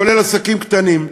כולל עסקים קטנים.